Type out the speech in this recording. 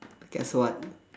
guess what